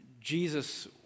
Jesus